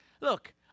Look